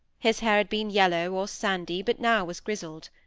his hair had been yellow or sandy, but now was grizzled.